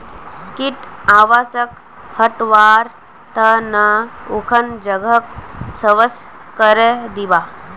कीट आवासक हटव्वार त न उखन जगहक स्वच्छ करे दीबा